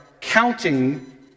counting